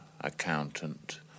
accountant